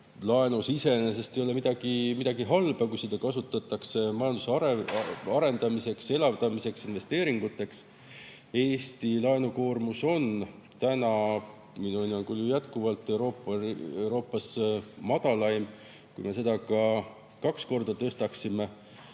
Laenus iseenesest ei ole midagi halba, kui seda kasutatakse majanduse arendamiseks, elavdamiseks ja investeeringuteks. Eesti laenukoormus on täna minu hinnangul jätkuvalt Euroopas madalaim. Kui me seda ka kaks korda tõstaksime,